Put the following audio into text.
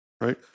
right